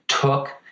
took